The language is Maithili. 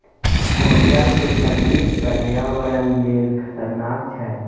जंगल के कटनी पर्यावरण लेल खतरनाक छै